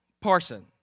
Parson